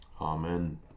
Amen